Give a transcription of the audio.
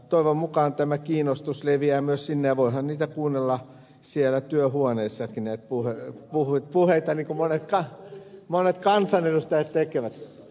toivon mukaan tämä kiinnostus leviää myös sinne ja voihan näitä puheita kuunnella siellä työhuoneessakin niin kuin monet kansanedustajat tekevät